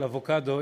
של אבוקדו,